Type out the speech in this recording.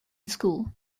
school